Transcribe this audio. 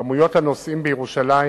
מספר הנוסעים בירושלים